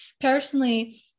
personally